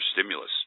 stimulus